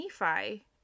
Nephi